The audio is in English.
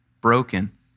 broken